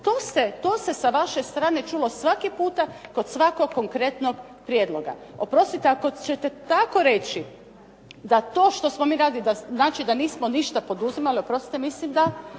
To se sa vaše strane čulo svaki puta, kod svakog konkretnog prijedloga. Oprostite ako ćete tako reći, da to što smo mi radili, znači da nismo ništa poduzimali, oprostite mislim da